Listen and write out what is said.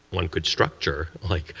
one could structure, like,